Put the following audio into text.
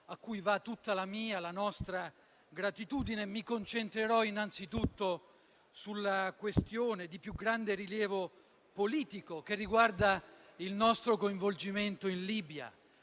a cui va tutta la mia e la nostra gratitudine, mi concentrerò innanzitutto sulla questione di più grande rilievo politico, che riguarda il nostro coinvolgimento in Libia.